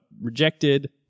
rejected